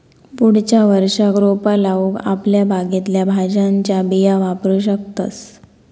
पुढच्या वर्षाक रोपा लाऊक आपल्या बागेतल्या भाज्यांच्या बिया वापरू शकतंस